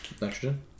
Nitrogen